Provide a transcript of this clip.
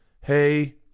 Hey